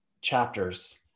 chapters